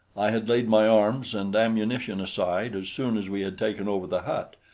i had laid my arms and ammunition aside as soon as we had taken over the hut,